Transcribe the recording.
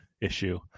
issue